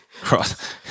Cross